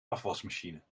afwasmachine